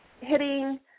hitting